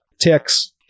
Ticks